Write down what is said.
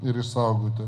ir išsaugoti